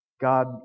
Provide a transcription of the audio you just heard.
God